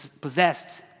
possessed